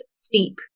steep